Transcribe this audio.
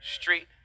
street